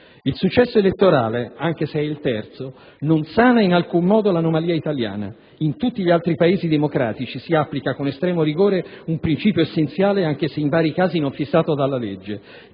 Il successo elettorale (anche se è il terzo) non sana in alcun modo l'anomalia italiana. In tutti gli altri Paesi democratici si applica con estremo rigore un principio essenziale anche se in vari casi non fissato nella legge: